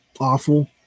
awful